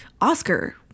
Oscar